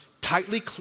tightly